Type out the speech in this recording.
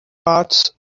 parts